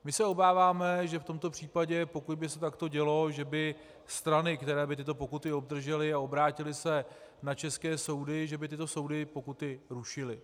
My se obáváme, že v tomto případě, pokud by se takto dělo, že by strany, které by tyto pokuty obdržely a obrátily se na české soudy, že by soudy pokuty rušily.